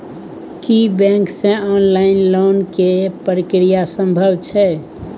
की bank से online loan के प्रक्रिया संभव छै?